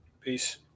Peace